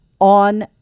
on